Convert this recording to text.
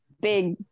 big